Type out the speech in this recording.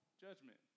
judgment